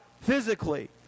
physically